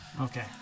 Okay